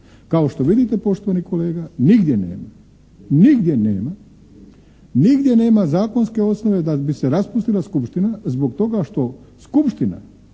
Kao što vidite poštovani kolega, nigdje nema, nigdje nema zakonske osnove da bi se raspustila skupština zbog toga što skupština